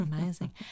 Amazing